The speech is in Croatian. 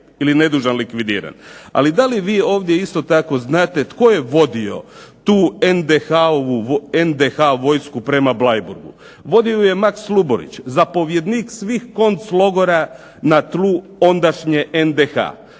ili nedužan likvidiran. Ali da li vi ovdje isto tako znate tko je vodio tu NDH vojsku prema Bleiburgu? Vodio ju je Maks Luburić, zapovjednik svih konclogora na tlu ondašnje NDH.